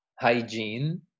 hygiene